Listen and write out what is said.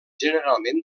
generalment